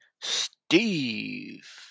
Steve